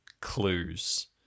clues